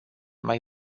mai